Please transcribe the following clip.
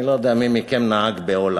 אני לא יודע מי מכם נהג בהולנד.